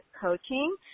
Coaching